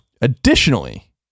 Additionally